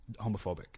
homophobic